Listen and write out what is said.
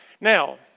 Now